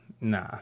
nah